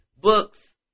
books